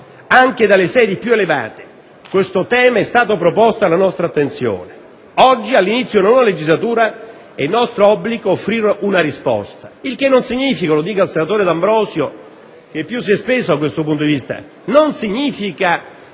«anche dalle sedi più elevate, questo tema è proposto alla nostra attenzione. Oggi, all'inizio di una nuova legislatura, è nostro obbligo offrire un risposta». Il che non significa, lo dico al senatore D'Ambrosio, che più si è speso da questo punto di vista, che